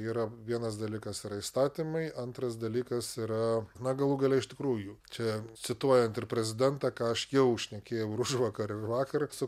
yra vienas dalykas yra įstatymai antras dalykas yra na galų gale iš tikrųjų čia cituojant ir prezidentą ką aš jau šnekėjau ir užvakar ir vakar su